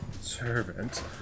servant